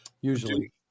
usually